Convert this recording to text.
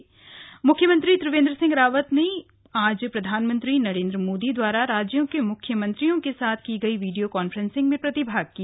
CM video conferencing मुख्यमंत्री त्रिवेन्द्र सिंह रावत ने आज प्रधानमंत्री नरेन्द्र मोदी द्वारा राज्यों के मुख्यमंत्रियों के साथ की गयी वीडियो कांफ्रेंसिग में प्रतिभाग किया